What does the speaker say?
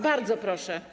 Bardzo proszę.